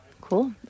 Cool